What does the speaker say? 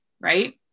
right